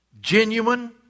genuine